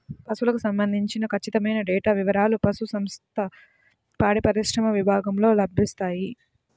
పశువులకు సంబంధించిన ఖచ్చితమైన డేటా వివారాలు పశుసంవర్ధక, పాడిపరిశ్రమ విభాగంలో లభిస్తాయి